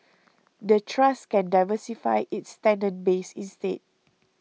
the trust can diversify its tenant base instead